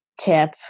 tip